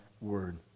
word